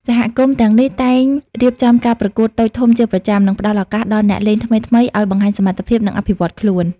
សហគមន៍ទាំងនេះតែងរៀបចំការប្រកួតតូចធំជាប្រចាំ និងផ្តល់ឱកាសដល់អ្នកលេងថ្មីៗឱ្យបង្ហាញសមត្ថភាព និងអភិវឌ្ឍខ្លួន។